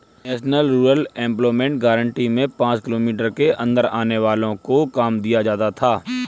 national rural employment guarantee में पांच kilometre के अंदर आने वालो को काम दिया जाता था